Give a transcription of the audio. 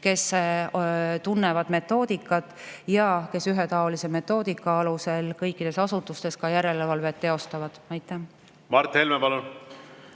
kes tunnevad metoodikat ja kes ühetaolise metoodika alusel kõikides asutustes järelevalvet ka teostavad. Mart Helme,